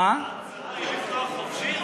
ההצעה היא לפתוח חופשי,